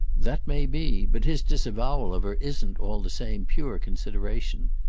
that may be but his disavowal of her isn't, all the same, pure consideration.